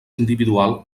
individual